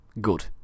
Good